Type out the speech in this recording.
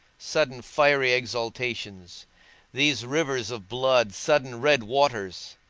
sudden fiery exhalations these rivers of blood, sudden red waters?